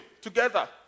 together